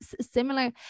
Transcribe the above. similar